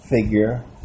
figure